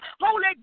Holy